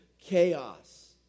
chaos